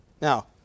Now